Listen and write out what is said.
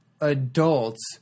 adults –